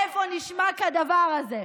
איפה נשמע כדבר הזה?